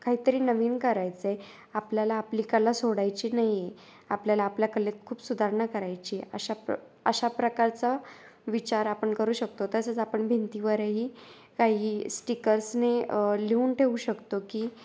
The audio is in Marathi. काहीतरी नवीन करायचंय आपल्याला आपली कला सोडायची नाहीये आपल्याला आपल्या कलेत खूप सुधारणा करायची अशा प्र अशा प्रकारचा विचार आपण करू शकतो तसेच आपण भिंतीवरही काही स्टिकर्सने लिहून ठेऊू शकतो की